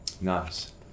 Nice